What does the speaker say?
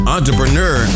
entrepreneur